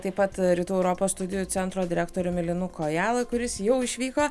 taip pat rytų europos studijų centro direktoriumi linu kojala kuris jau išvyko